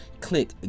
click